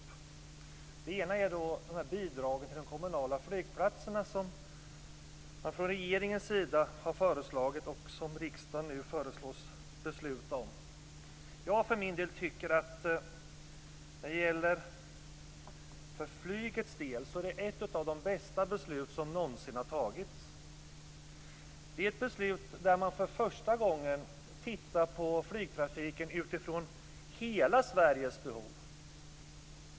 Först gäller det de bidrag till de kommunala flygplatserna som föreslagits från regeringens sida och som riksdagen nu föreslås besluta om. Själv tycker jag att det för flygets del gäller ett av de bästa besluten någonsin. För första gången tittar man på flygtrafiken utifrån hela Sveriges behov.